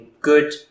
good